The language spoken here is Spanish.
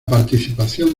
participación